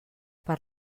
per